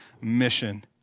mission